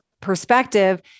perspective